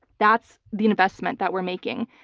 that's the investment that we're making.